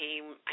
came